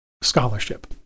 scholarship